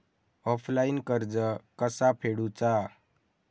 Offline कर्ज कसा फेडूचा?